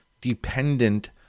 dependent